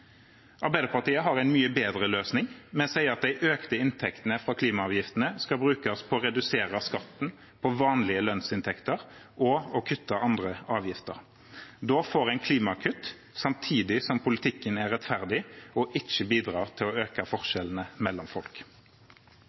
Arbeiderpartiet har en mye bedre løsning. Vi sier at de økte inntektene fra klimaavgiftene skal brukes på å redusere skatten på vanlige lønnsinntekter og å kutte andre avgifter. Da får en klimakutt samtidig som politikken er rettferdig og ikke bidrar til å øke forskjellene mellom folk.